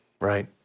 right